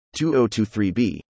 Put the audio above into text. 2023b